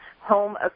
home